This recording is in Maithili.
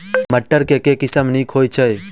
मटर केँ के किसिम सबसँ नीक होइ छै?